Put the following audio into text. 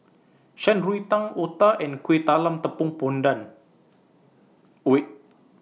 Shan Rui Tang Otah and Kuih Talam Tepong Pandan